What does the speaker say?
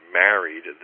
married